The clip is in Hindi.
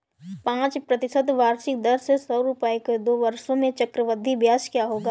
पाँच प्रतिशत वार्षिक दर से सौ रुपये का दो वर्षों में चक्रवृद्धि ब्याज क्या होगा?